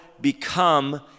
become